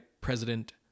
President